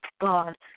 God